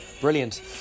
Brilliant